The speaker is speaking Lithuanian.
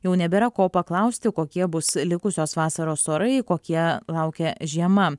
jau nebėra ko paklausti kokie bus likusios vasaros orai kokie laukia žiema